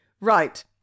Right